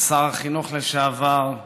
שר החינוך לשעבר,